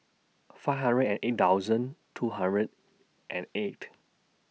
five hundred and eight thousand two hundred and eight